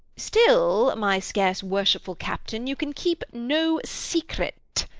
still, my scarce-worshipful captain, you can keep no secret!